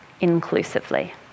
inclusively